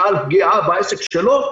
ועל פגיעה בעסק שלו.